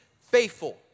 faithful